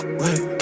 wait